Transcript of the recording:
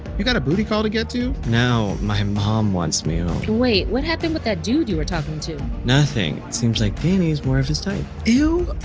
you got a booty call to get to? no, my mom wants me home wait what happened with that dude you were talking to? nothing. seems like danny's more of his type ew,